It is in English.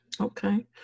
Okay